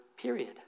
period